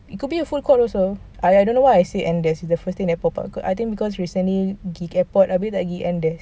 it could be a full court also I don't know why I say andes this is the first thing that pop up I think cause recently pergi airport abeh pergi andes